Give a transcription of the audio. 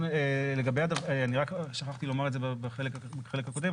שכחתי לומר בחלק הקודם,